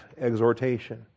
exhortation